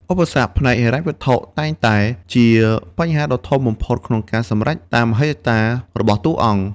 ឧបសគ្គ ផ្នែកហិរញ្ញវត្ថុតែងតែជាបញ្ហាធំបំផុតក្នុងការសម្រេចតាមមហិច្ឆតារបស់តួអង្គ។